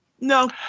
No